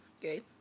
Okay